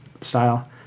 style